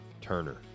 Turner